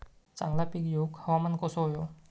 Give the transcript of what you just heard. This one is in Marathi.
चांगला पीक येऊक हवामान कसा होया?